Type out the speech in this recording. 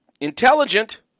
intelligent